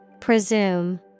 Presume